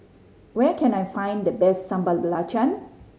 where can I find the best Sambal Belacan